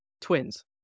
Twins